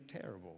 terrible